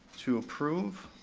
to approve